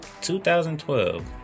2012